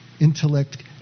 intellect